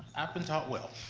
i've been taught well.